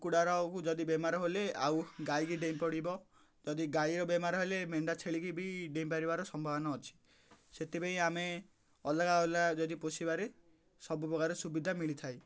କୁକୁଡ଼ାର ଆଉକୁ ଯଦି ବେମାର ହେଲେ ଆଉ ଗାଈ କି ଡ଼େଇଁ ପଡ଼ିବ ଯଦି ଗାଈର ବେମାର ହେଲେ ମେଣ୍ଢା ଛେଳିକି ବି ଡ଼େଇଁ ପାରିବାର ସମ୍ଭାବନା ଅଛି ସେଥିପାଇଁ ଆମେ ଅଲଗା ଅଲଗା ଯଦି ପୋଷିବାରେ ସବୁପ୍ରକାର ସୁବିଧା ମିଳିଥାଏ